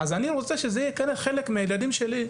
אז אני רוצה שזה יהיה כחלק לילדים שלי,